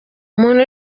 umuntu